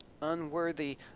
unworthy